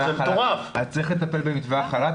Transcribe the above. אז צריך לטפל במתווה החל"ת,